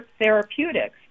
therapeutics